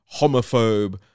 homophobe